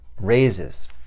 raises